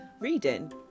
reading